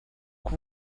que